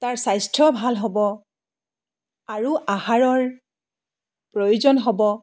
তাৰ স্বাস্থ্যও ভাল হ'ব আৰু আহাৰৰ প্ৰয়োজন হ'ব